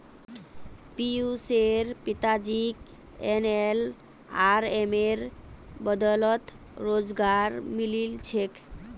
पियुशेर पिताजीक एनएलआरएमेर बदौलत रोजगार मिलील छेक